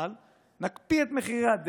נקפיא את מחירי החשמל,